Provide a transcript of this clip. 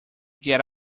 get